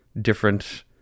different